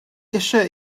eisiau